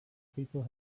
people